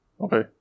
Okay